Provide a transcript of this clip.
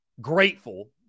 grateful